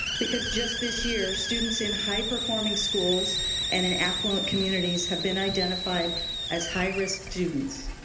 because just this year students in high performing schools and in affluent communities have been identified as high risk students.